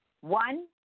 One